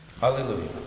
Hallelujah